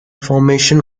formation